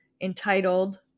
entitled